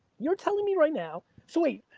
you're telling me right now. so wait.